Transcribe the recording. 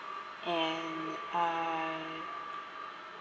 and uh